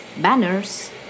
banners